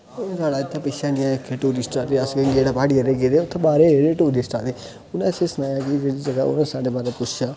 उन्न साढ़े इत्थै पिच्छे इयां एक टूरिस्ट आए दे असेई जेहड़ा बारे दे जेहड़े टूरिस्ट आए दे मतलब असेंई सनेआ की साढ़े बारे पुच्छेआ